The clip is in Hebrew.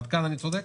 עד כאן אני צודק?